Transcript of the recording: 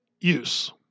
use